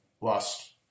lost